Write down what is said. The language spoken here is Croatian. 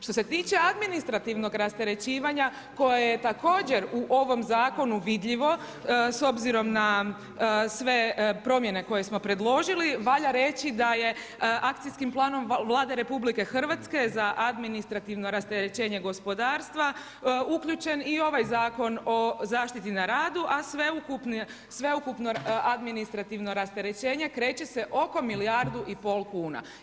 Što se tiče administrativnog rasterećivanja koje je također u ovom Zakonu vidljivo, s obzirom na sve promjene koje smo predložili, valja reći da akcijskim planom Vlade RH za administrativno rasterećenje gospodarstva uključen i ovaj Zakon o zaštiti na radu, a sveukupno administrativno rasterećenje kreće se oko milijardu i pol kuna.